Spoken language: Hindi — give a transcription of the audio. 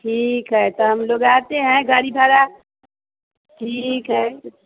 ठीक है तो हम लोग आते हैं गाड़ी भाड़ा ठीक है